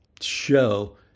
show